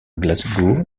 glasgow